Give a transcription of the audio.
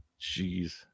Jeez